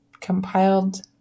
compiled